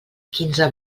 quinze